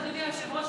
אדוני היושב-ראש,